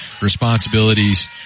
responsibilities